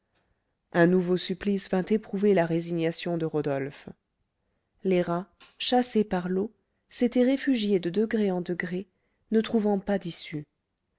un nouveau supplice vint éprouver la résignation de rodolphe les rats chassés par l'eau s'étaient réfugiés de degré en degré ne trouvant pas d'issue